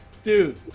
Dude